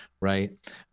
right